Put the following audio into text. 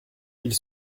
ils